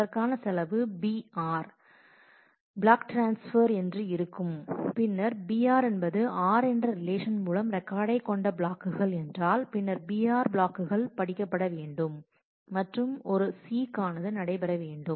அதற்கான செலவு br block transfer என்று இருக்கும் பின்னர் br என்பது r என்ற ரிலேஷன் மூலம் ரெக்காடை கொண்ட பிளாக்குகள் என்றால் பின்னர் br பிளாக்குகள் படிக்கப்பட வேண்டும் மற்றும் ஒரு சீக் ஆனது நடைபெற வேண்டும்